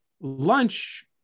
lunch